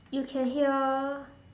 you can hear